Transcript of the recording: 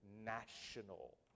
national